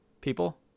people